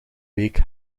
week